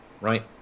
Right